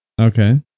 Okay